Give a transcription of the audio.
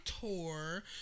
tour